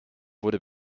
wurde